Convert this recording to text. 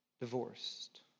divorced